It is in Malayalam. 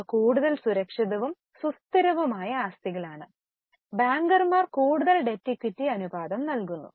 ഇവ കൂടുതൽ സുരക്ഷിതവും സുസ്ഥിരവുമായ ആസ്തികളാണ് ബാങ്കർമാർ കൂടുതൽ ഡെറ്റ് ഇക്വിറ്റി അനുപാതം നൽകുന്നു